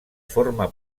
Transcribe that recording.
forma